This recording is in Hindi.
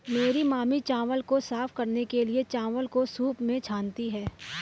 मेरी मामी चावल को साफ करने के लिए, चावल को सूंप में छानती हैं